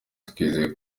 twizeye